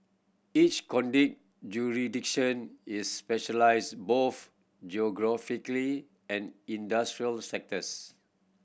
each conduit jurisdiction is specialised both geographically and industrial sectors